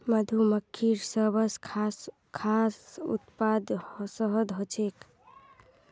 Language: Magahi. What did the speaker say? मधुमक्खिर सबस खास उत्पाद शहद ह छेक